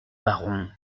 baron